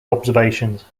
observations